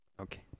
Okay